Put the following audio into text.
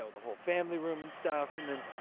ah the whole family room and stuff. and then,